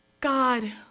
God